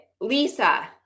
Lisa